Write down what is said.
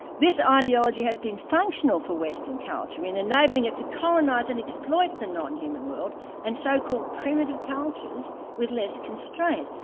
this ideology has been functional for western culture in enabling it to colonise and exploit the non-human world and so-called primitive cultures with less constraint,